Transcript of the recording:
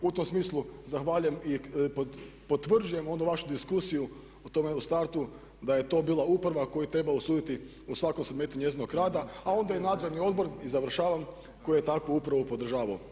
U tom smislu zahvaljujem i potvrđujem onu vašu diskusiju o tome u startu da je to bila uprava koju treba osuditi u svakom segmentu njezinog rada, a onda i Nadzorni odbor i završavam koji je takvu upravo podržavao.